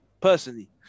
Personally